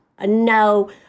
no